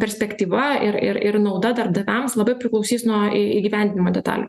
perspektyva ir ir ir nauda darbdaviams labai priklausys nuo į įgyvendinimo detalių